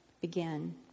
begin